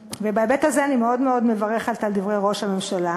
ובהיבט הזה אני מאוד מאוד מברכת על דברי ראש הממשלה.